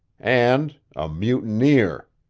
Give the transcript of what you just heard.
and a mutineer.